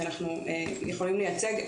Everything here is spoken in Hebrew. אנחנו יכולים לייצג,